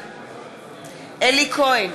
בעד אלי כהן,